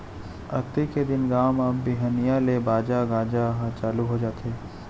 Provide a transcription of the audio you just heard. अक्ती के दिन गाँव म बिहनिया ले बाजा गाजा ह चालू हो जाथे